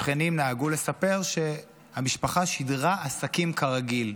השכנים נהגו לספר שהמשפחה שידרה "עסקים כרגיל":